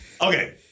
okay